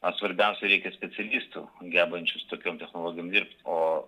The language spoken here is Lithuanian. o svarbiausia reikia specialistų gebančių su tokiom technologijom dirbti o